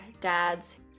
dads